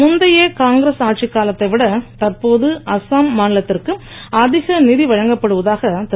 முந்தைய காங்கிரஸ் ஆட்சி காலத்தை விட தற்போது அஸ்ஸாம் மாநிலத்திற்கு அதிக நிதி வழங்கப்படுவதாக திரு